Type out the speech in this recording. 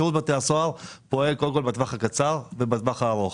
שירות בתי הסוהר פועל בטווח הקצר ובטווח הארוך.